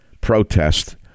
protest